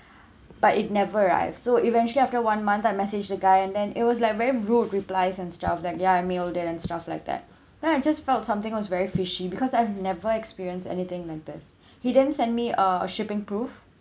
but it never arrived so eventually after one month I messaged the guy and then it was like very rude replies and stuff that guy mailed it and stuff like that then I just felt something was very fishy because I've never experienced anything like this he didn't send me uh shipping proof